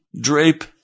drape